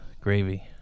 Gravy